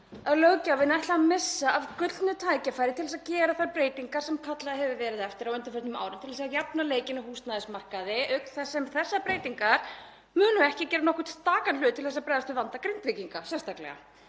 löggjafinn ætla að missa af gullnu tækifæri til að gera þær breytingar sem kallað hefur verið eftir á undanförnum árum til þess að jafna leikinn á húsnæðismarkaði, auk þess sem þessar breytingar munu ekki gera nokkurn skapaðan hlut til að bregðast við vanda Grindvíkinga sérstaklega.